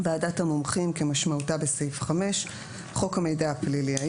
"ועדת המומחים" כמשמעותה בסעיף 5. "חוק המידע הפלילי".